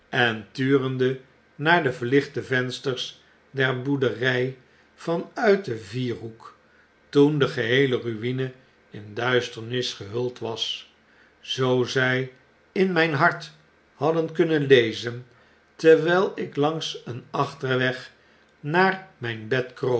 turende naar de verlichte vensters der boerdery van uit den vierhoek toen de geheele ruine in duisternis gehuld was zoo zij in mijn hart hadden kunnen lezen terwyl ik langs een achterweg naar myn